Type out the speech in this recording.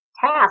task